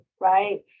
Right